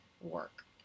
work